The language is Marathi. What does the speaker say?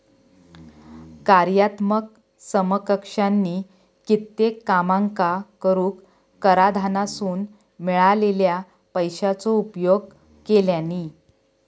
कार्यात्मक समकक्षानी कित्येक कामांका करूक कराधानासून मिळालेल्या पैशाचो उपयोग केल्यानी